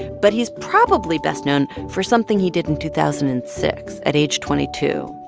but he's probably best known for something he did in two thousand and six at age twenty two.